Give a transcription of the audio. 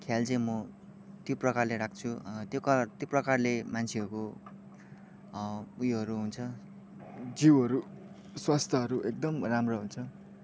ख्याल चाहिँ म त्यो प्रकारले राख्छु त्यो कर त्यो प्रकारले मान्छेहरूको उयोहरू हुन्छ जिउहरू स्वस्थहरू एकदम राम्रो हुन्छ